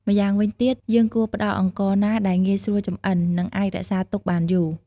ម្យ៉ាងវិញទៀត យើងគួរផ្ដល់អង្ករណាដែលងាយស្រួលចម្អិន និងអាចរក្សាទុកបានយូរ។